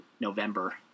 November